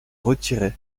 retiré